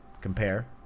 compare